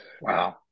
wow